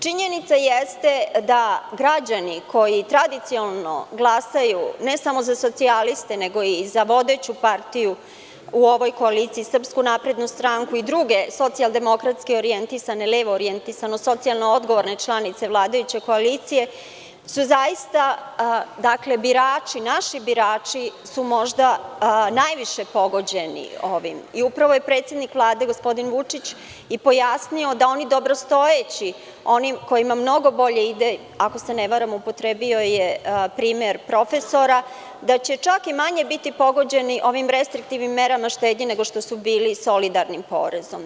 Činjenica jeste da građani koji tradicionalno glasaju, ne samo za socijaliste nego i za vodeću partiju u ovoj koaliciji SNS i druge socijaldemokratstke orjentisane, levo orjentisane, socijalno odgovorne članice vladajuće koalicije, su zaista, dakle, birači, naši birači su možda najviše pogođeni ovim i upravo je predsednik Vlade gospodine Vučić i pojasnio da oni dobrostojeći, oni kojima mnogo bolje ide, ako se ne varam, upotrebio je primer profesora, da će čak i manje biti pogođeni ovim restriktivnim merama štednje nego što su bili solidarnim porezom.